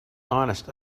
honest